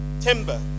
Timber